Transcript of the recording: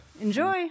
Enjoy